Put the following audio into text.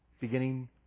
beginning